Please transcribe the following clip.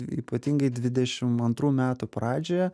ypatingai dvidešim antrų metų pradžioje